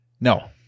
no